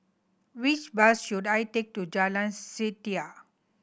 which bus should I take to Jalan Setia